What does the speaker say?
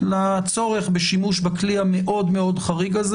לצורך בשימוש בכלי המאוד מאוד חריג הזה